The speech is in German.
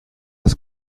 das